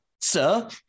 sir